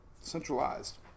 centralized